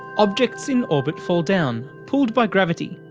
objects in orbit fall down pulled by gravity,